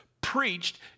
preached